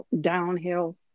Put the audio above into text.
downhill